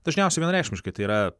dažniausiai vienareikšmiškai tai yra